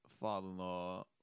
father-in-law